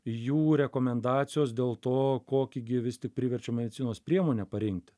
jų rekomendacijos dėl to kokį gi vis tik priverčiamą medicinos priemonę parinkti